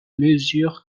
mesure